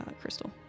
crystal